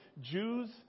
Jews